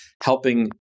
helping